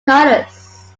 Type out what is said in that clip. colors